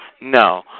No